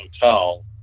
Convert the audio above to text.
Hotel